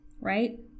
right